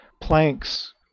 planks